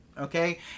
okay